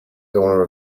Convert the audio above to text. owner